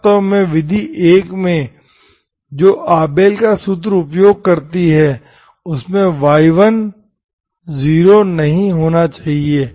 वास्तव में विधि 1 में जो आबेल के सूत्र का उपयोग करती है उसमें y1 0 नहीं होना चाहिए